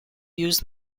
used